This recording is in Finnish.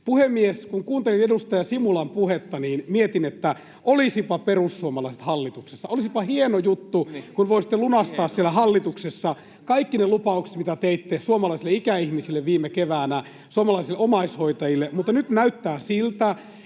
Puhemies! Kun kuuntelin edustaja Simulan puhetta, niin mietin, että olisivatpa perussuomalaiset hallituksessa. Olisipa hieno juttu, kun voisitte lunastaa siellä hallituksessa kaikki ne lupaukset, mitä teitte suomalaisille ikäihmisille viime keväänä, suomalaisille omaishoitajille. Mutta nyt näyttää siltä,